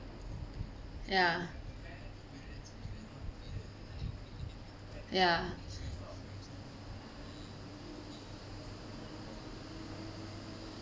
ya ya